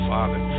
Father